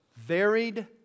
varied